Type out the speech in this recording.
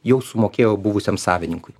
jau sumokėjo buvusiam savininkui